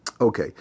okay